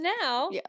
now